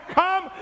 come